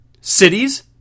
cities